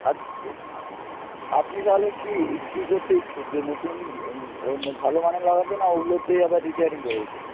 আচ্ছা আপনি আপনি তাহলে কী কী করতে ইচ্ছুক যে নতুন ভালো মানের লাগাতে না ওগুলোকেই আবার রিপেয়ারিং করে দিতে